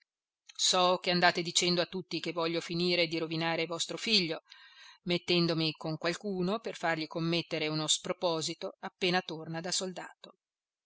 so che andate dicendo a tutti che voglio finire di rovinare vostro figlio mettendomi con qualcuno per fargli commettere uno sproposito appena torna da soldato